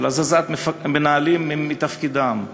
של הזזת מנהלים מתפקידם,